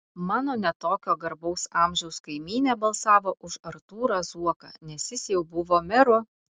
mano ne tokio garbaus amžiaus kaimynė balsavo už artūrą zuoką nes jis jau buvo meru